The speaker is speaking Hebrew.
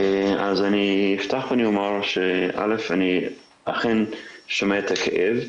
אז אני אפתח ואני אומר, א', אני אכן שומע את הכאב.